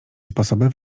sposoby